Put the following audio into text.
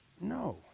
No